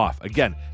Again